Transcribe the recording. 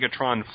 Megatron